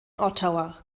ottawa